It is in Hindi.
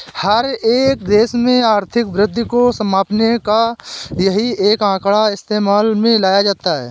हर एक देश में आर्थिक वृद्धि को मापने का यही एक आंकड़ा इस्तेमाल में लाया जाता है